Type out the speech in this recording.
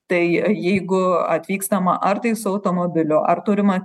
tai jeigu atvykstama ar tai su automobiliu ar turima